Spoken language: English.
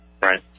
right